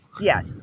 Yes